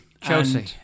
Chelsea